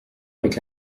avec